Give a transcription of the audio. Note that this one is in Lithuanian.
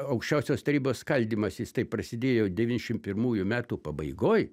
aukščiausios tarybos skaldymas jis taip prasidėjo devynšim pirmųjų metų pabaigoj